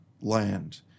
land